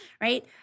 right